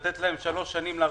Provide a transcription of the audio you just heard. לתת שלוש שנים לרשויות,